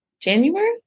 January